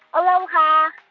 aloha